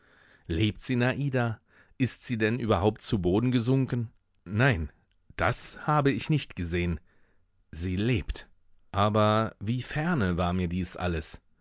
lebt sinada ist sie denn überhaupt zu boden gesunken nein das habe ich nicht gesehen sie lebt aber wie ferne war mir dies alles